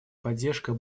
поддержка